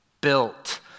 built